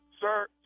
sir